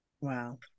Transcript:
Wow